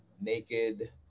Naked